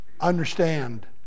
Understand